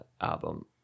album